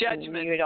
Judgment